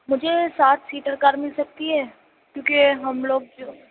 مجھے سات seater car مِل سکتی ہے کیونکہ ہم لوگ جو